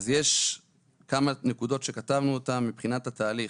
יש כמה נקודות שכתבנו אותן מבחינת התהליך.